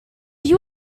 you